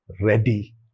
ready